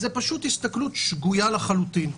זו הסתכלות שגויה לחלוטין.